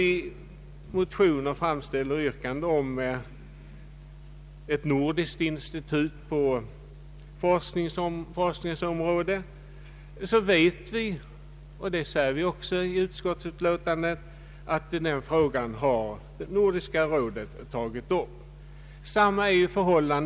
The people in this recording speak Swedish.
I motioner framställs nu yrkande om ett nordiskt institut på forskningsområdet. Som vi säger i utskottsutlåtandet har Nordiska rådet tagit upp den frågan.